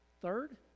third